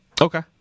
Okay